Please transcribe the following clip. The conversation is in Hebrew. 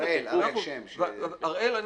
הראל,